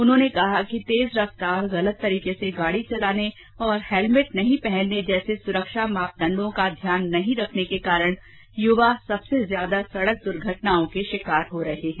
उन्होंने कहा कि तेज रफ्तार गलत तरीके से गाडी चलाने और हेलमेट नहीं पहनने जैसे सुरक्षा मापदंण्डो का ध्यान नहीं रखने के कारण युवा सबसे ज्यादा सडक दुर्घटनाओं के शिकार हो रहे हैं